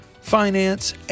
finance